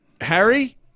Harry